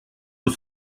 aux